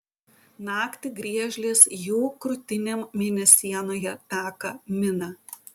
naktį griežlės jų krūtinėm mėnesienoje taką mina